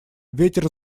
ветер